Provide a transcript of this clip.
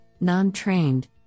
non-trained